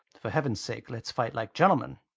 for heaven's sake, let's fight like gentlemen.